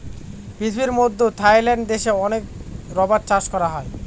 পৃথিবীর মধ্যে থাইল্যান্ড দেশে অনেক রাবার চাষ করা হয়